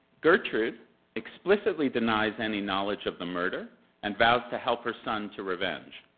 gertude explicitly denies any knowledge of the murder and vows to help her son to revenge.